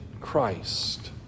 Christ